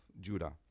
Judah